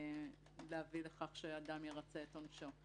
להביא לכך שאדם ירצה את עונשו.